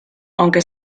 aunque